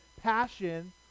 passion